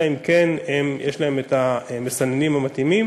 אלא אם כן יש להם המסננים המתאימים.